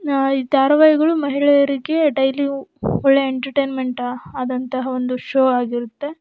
ಈ ಧಾರಾವಾಹಿಗಳು ಮಹಿಳೆಯರಿಗೆ ಡೈಲಿ ಒಳ್ಳೆಯ ಎಂಟರ್ಟೈನ್ಮೆಂಟ ಆದಂತಹ ಒಂದು ಶೋ ಆಗಿರುತ್ತೆ